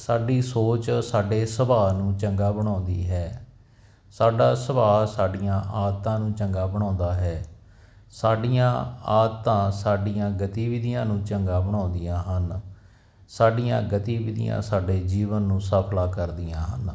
ਸਾਡੀ ਸੋਚ ਸਾਡੇ ਸੁਭਾਅ ਨੂੰ ਚੰਗਾ ਬਣਾਉਂਦੀ ਹੈ ਸਾਡਾ ਸੁਭਾਅ ਸਾਡੀਆਂ ਆਦਤਾਂ ਨੂੰ ਚੰਗਾ ਬਣਾਉਂਦਾ ਹੈ ਸਾਡੀਆਂ ਆਦਤਾਂ ਸਾਡੀਆਂ ਗਤੀਵਿਧੀਆਂ ਨੂੰ ਚੰਗਾ ਬਣਾਉਂਦੀਆਂ ਹਨ ਸਾਡੀਆਂ ਗਤੀਵਿਧੀਆਂ ਸਾਡੇ ਜੀਵਨ ਨੂੰ ਸਫਲਾ ਕਰਦੀਆਂ ਹਨ